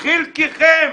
חלקכם